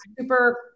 super